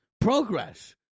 Progress